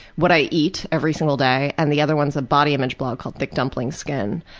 what i eat every single day. and the other one is a body image blog called, thick dumpling skin,